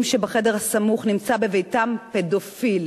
לכך שבחדר הסמוך נמצא בביתם פדופיל.